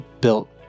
built